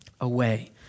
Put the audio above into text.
away